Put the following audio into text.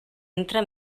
entra